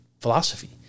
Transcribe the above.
philosophy